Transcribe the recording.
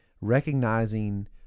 recognizing